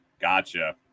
gotcha